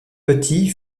petit